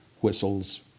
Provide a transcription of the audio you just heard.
whistles